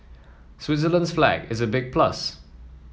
Switzerland's flag is a big plus